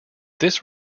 this